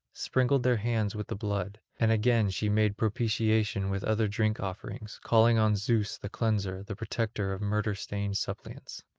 sprinkled their hands with the blood and again she made propitiation with other drink offerings, calling on zeus the cleanser, the protector of murder-stained suppliants.